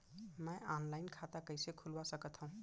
मैं ऑनलाइन खाता कइसे खुलवा सकत हव?